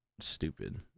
stupid